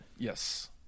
Yes